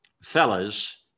fellas